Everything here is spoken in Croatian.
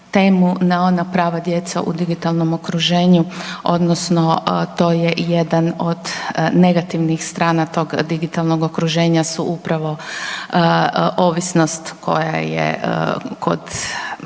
temu na ona prava djece u digitalnom okruženju odnosno to je jedan od negativnih strana tog digitalnog okruženja su upravo ovisnost koja je kod